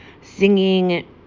singing